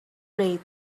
blade